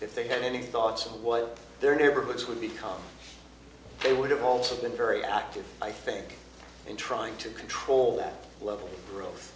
if they had any thoughts of what their neighborhoods would become they would have also been very active i think in trying to control that local gro